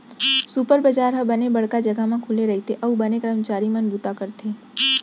super बजार ह बने बड़का जघा म खुले रइथे अउ बने करमचारी मन बूता करथे